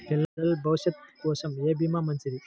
పిల్లల భవిష్యత్ కోసం ఏ భీమా మంచిది?